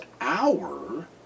hour